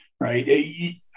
right